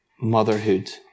motherhood